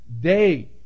day